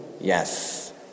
Yes